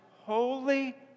holy